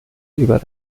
über